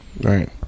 Right